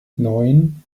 neun